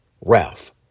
Ralph